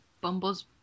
Bumble's